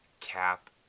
Cap